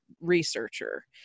researcher